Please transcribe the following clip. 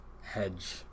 hedge